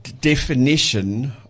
definition